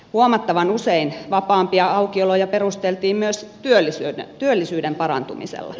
huomattavan usein vapaampia aukioloja perusteltiin myös työllisyyden parantumisella